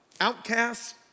outcasts